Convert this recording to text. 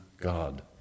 God